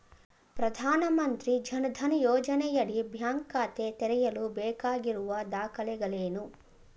ಪ್ರಧಾನಮಂತ್ರಿ ಜನ್ ಧನ್ ಯೋಜನೆಯಡಿ ಬ್ಯಾಂಕ್ ಖಾತೆ ತೆರೆಯಲು ಬೇಕಾಗಿರುವ ದಾಖಲೆಗಳೇನು?